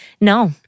No